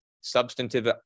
substantive